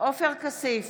עופר כסיף,